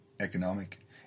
economic